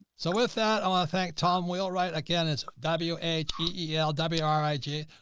so with that, i want to thank tom wheelwright again. it's w a t e l w r i g.